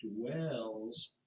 dwells